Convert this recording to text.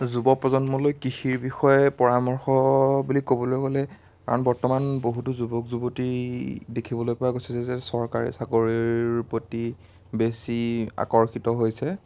যুৱ প্ৰজন্মলৈ কৃষিৰ বিষয়ে পৰামৰ্শ বুলি ক'বলৈ গ'লে কাৰণ বৰ্তমান বহুতো যুৱক যুৱতী দেখিবলৈ পোৱা গৈছে যে চৰকাৰী চাকৰিৰ প্ৰতি বেছি আকৰ্ষিত হৈছে